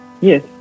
Yes